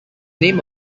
name